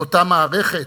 באותה מערכת,